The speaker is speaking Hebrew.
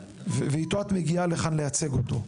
ואתו את מגיעה לכאן כדי לייצג אותו.